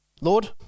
Lord